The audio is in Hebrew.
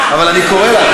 אבל אני קורא לך,